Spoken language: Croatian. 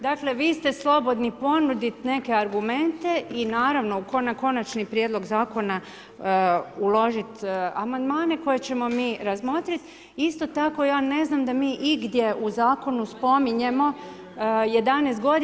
Dakle, vi ste slobodni ponuditi neke argumente i naravno, na Konačni prijedlog Zakona uložiti amandmane koje ćemo mi razmotriti, isto tako ja ne znam da mi igdje u Zakonu spominjemo 11 godina.